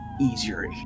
easier